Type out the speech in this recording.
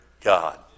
God